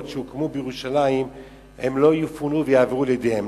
שהוקמו בירושלים לא יפונו ויועברו לידיהם.